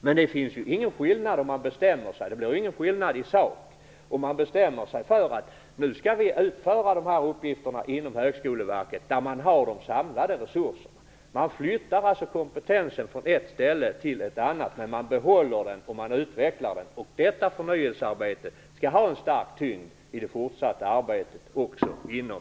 Men det blir ju ingen skillnad i sak om man bestämmer sig för att man nu skall utföra de här uppgifterna inom Högskoleverket, där man har de samlade resurserna. Man flyttar alltså kompetensen från ett ställe till ett annat, men man behåller den och utvecklar den. Detta förnyelsearbete skall ha stor tyngd i det fortsatta arbetet också inom